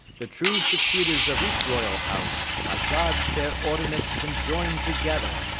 the true succeeders of each royal house, by god's fair ordinance conjoin together!